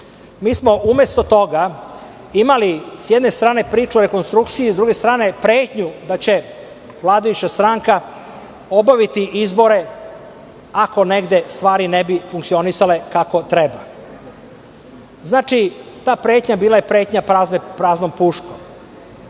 smo umesto toga imali s jedne strane priču o rekonstrukciji, a s druge strane pretnju da će vladajuća stranka obaviti izbore ako negde stvari ne bi funkcionisale kako treba. Ta pretnja bila je pretnja praznom puškom. Reč